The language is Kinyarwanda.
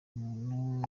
muntu